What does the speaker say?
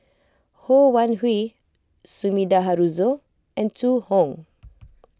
Ho Wan Hui Sumida Haruzo and Zhu Hong